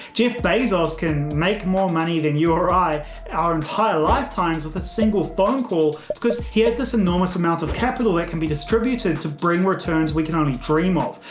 jeff bezos can make more money than you and i our entire lifetimes with a single phone call because he has this enormous amount of capital that can be distributed to bring returns we can only dream of.